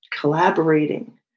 collaborating